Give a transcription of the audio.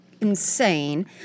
insane